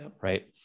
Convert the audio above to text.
Right